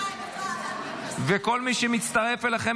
אנחנו נראה להם איפה --- וכל מי שמצטרף אליכם